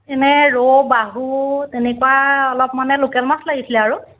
এনে ৰৌ বাহু তেনেকুৱা অলপ মানে লোকেল মাছ লাগিছিলে আৰু